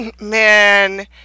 man